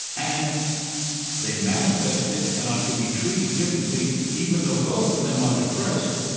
and they manifest it and ought to be treated differently, even though both of them are depressed,